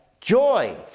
joy